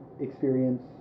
experience